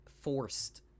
forced